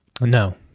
No